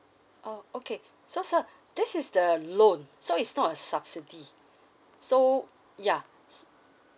oh okay so sir this is the loan so it's not a subsidy so ya